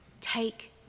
take